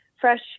fresh